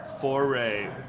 foray